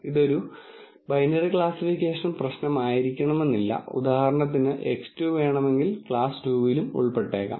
ഇതൊരു binary classification പ്രശ്നമായിരിക്കണമെന്നില്ല ഉദാഹരണത്തിന് X2 വേണമെങ്കിൽ ക്ലാസ് 2 ൽ ഉൾപ്പെട്ടേക്കാം